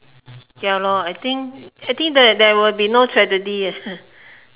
ya lor I think I think there there will be no tragedy eh